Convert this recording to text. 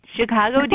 Chicago